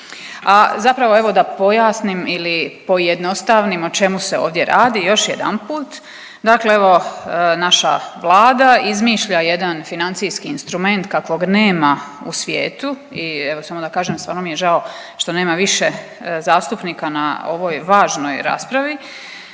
A zapravo evo da pojasnim ili pojednostavnim o čemu se ovdje radi još jedanput, dakle evo, naša vlada izmišlja jedan financijski instrument kakvog nema u svijetu i evo, samo da kažem, stvarno mi je žao što nema više zastupnika na ovoj važnoj raspravi.